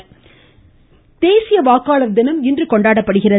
வாக்காளர்ட கினம் தேசிய வாக்காளர் தினம் இன்று கொண்டாடப்படுகிறது